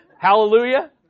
hallelujah